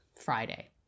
Friday